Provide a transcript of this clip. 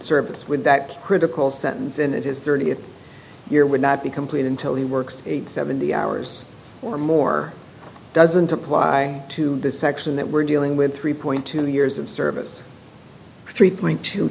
service with that critical sentence and it is thirtieth year would not be complete until he works seventy hours or more doesn't apply to the section that we're dealing with three point two years of service three point t